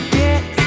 get